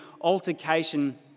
altercation